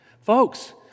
Folks